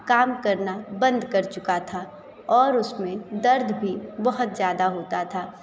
काम करना बंद कर चुका था और उसमें दर्द भी बहुत ज़्यादा होता था